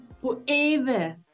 forever